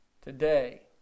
today